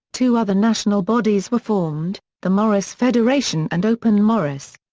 two other national bodies were formed, the morris federation and open morris.